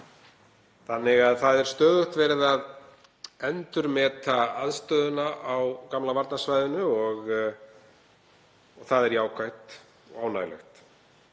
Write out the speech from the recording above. birgðir. Það er stöðugt verið að endurmeta aðstöðuna á gamla varnarsvæðinu og það er jákvætt og ánægjulegt.